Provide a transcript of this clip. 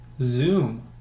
Zoom